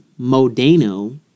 Modano